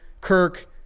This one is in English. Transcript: Kirk